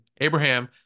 Abraham